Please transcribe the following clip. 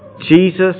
Jesus